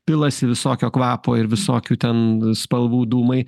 pilasi visokio kvapo ir visokių ten spalvų dūmai